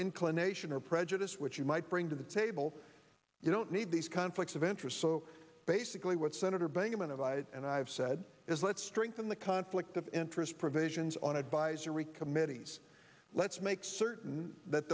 inclination or prejudice which you might bring to the table you don't need these conflicts of interest so basically what senator bingaman of i and i have said is let's strengthen the conflict of interest provisions on advisory committees let's make certain that